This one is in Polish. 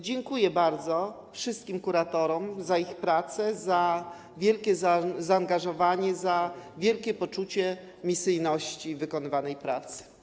Dziękuję bardzo wszystkim kuratorom za ich pracę, za wielkie zaangażowanie, za wielkie poczucie misyjności wykonywanej pracy.